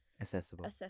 accessible